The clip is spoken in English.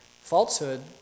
falsehood